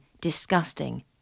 disgusting